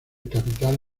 capital